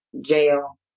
jail